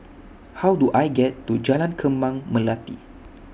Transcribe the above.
How Do I get to Jalan Kembang Melati